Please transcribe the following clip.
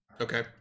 Okay